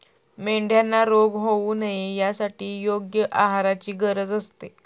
मेंढ्यांना रोग होऊ नये यासाठी योग्य आहाराची गरज असते